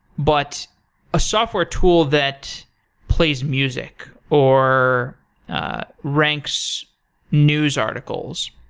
but a software tool that plays music, or ranks news articles,